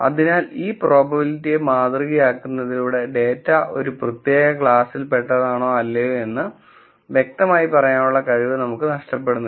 അതിനാൽ ഈ പ്രോബബിലിറ്റിയെ മാതൃകയാക്കുന്നതിലൂടെ ഡാറ്റ ഒരു പ്രത്യേക ക്ലാസിൽ പെട്ടതാണോ അല്ലയോ എന്ന് വ്യക്തമായി പറയാനുള്ള കഴിവ് നമുക്ക് നഷ്ടപ്പെടുന്നില്ല